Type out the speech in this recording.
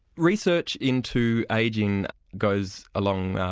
research into ageing goes along,